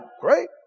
great